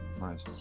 nice